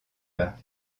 mœurs